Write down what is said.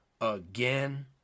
again